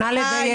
נא לדייק.